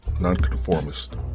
non-conformist